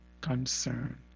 concern